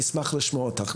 נשמח לשמוע אותך.